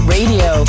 Radio